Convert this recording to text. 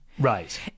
Right